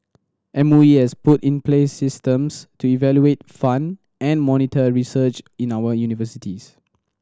M O E has put in place systems to evaluate fund and monitor research in our universities